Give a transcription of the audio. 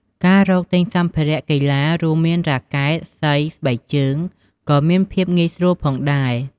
ការរកទិញសម្ភារៈកីឡា រួមមាន រ៉ាកែត សី ស្បែកជើង ក៏មានភាពងាយស្រួលផងដែរ។